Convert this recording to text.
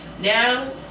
now